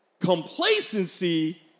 Complacency